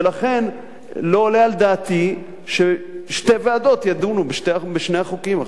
ולכן לא עולה על דעתי ששתי ועדות ידונו בשני החוקים.